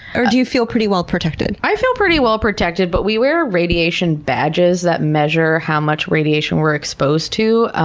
or do you feel pretty well protected? i feel pretty well protected, but we wear radiation badges that measure how much radiation we're exposed to.